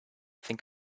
think